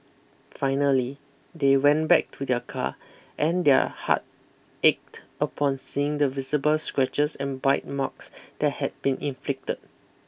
finally they went back to their car and their heart ached upon seeing the visible scratches and bite marks that had been inflicted